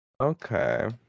Okay